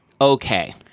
Okay